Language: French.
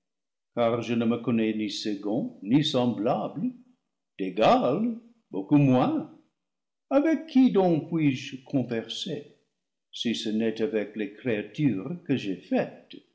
car je ne me connais ni second ni semblable d'égal beaucoup moins avec qui donc puis-je converser si ce n'est avec les créatures que j'ai faites